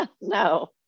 No